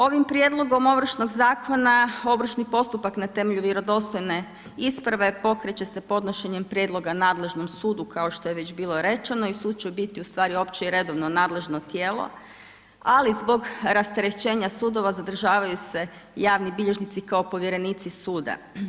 Ovim prijedlogom ovršnog zakona ovršni postupak na temelju vjerodostojne isprave pokreće se podnošenjem prijedloga nadležnom sudu kao što je već bilo rečeno i sud će u biti opće i redovno nadležno tijelo, ali zbog rasterećenja sudova zadržavaju se javni bilježnici kao povjerenici sud.